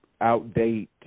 outdate